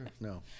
No